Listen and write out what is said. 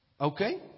Okay